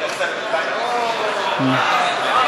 ההסתייגות (30) של קבוצת סיעת ישראל ביתנו לאחר סעיף 1 לא נתקבלה.